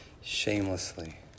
shamelessly